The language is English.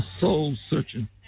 soul-searching